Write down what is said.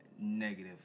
negative